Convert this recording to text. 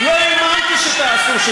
לא האמנתי שתעזו.